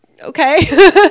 okay